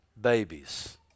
babies